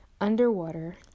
underwater